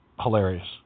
hilarious